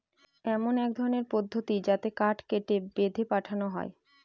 এমন এক ধরনের পদ্ধতি যাতে কাঠ কেটে, বেঁধে পাঠানো হয়